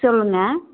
சொல்லுங்கள்